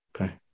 Okay